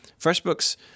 FreshBooks